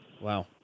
Wow